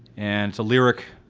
and it's a lyric,